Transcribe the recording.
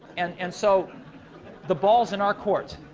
and and so the ball's in our court.